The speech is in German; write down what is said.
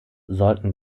sollten